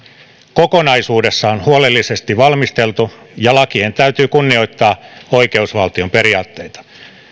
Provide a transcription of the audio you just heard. kokonaisuudessaan huolellisesti valmisteltu ja lakien täytyy kunnioittaa oikeusvaltion periaatteita